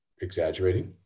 exaggerating